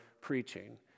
preaching